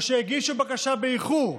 או שהגישו בקשה באיחור,